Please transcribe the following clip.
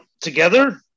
Together